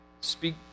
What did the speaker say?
speak